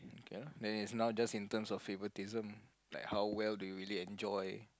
ya then is now just in terms of favoritism like how well do you really enjoy